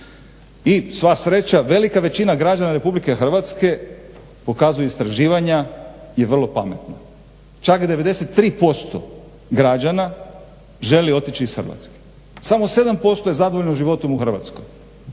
I sva sreća, velika većina građana Republike Hrvatske pokazuju istraživanja je vrlo pametna, čak 93% građana želi otići iz Hrvatske, samo 7% je zadovoljno životom u Hrvatskoj.